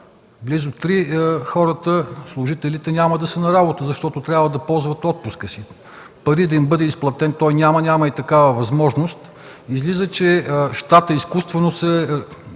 близо три, служителите няма да са на работа, защото трябва да ползват отпуската си. Пари да им бъде изплатен няма, няма и такава възможност. Излиза, че щатът изкуствено би